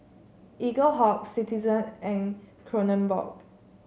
Eaglehawk Citizen and Kronenbourg